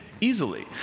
easily